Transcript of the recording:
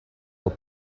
your